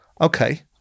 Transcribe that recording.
Okay